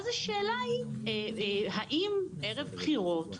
השאלה היא האם ערב בחירות,